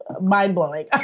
mind-blowing